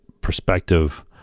perspective